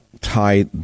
tie